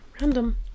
Random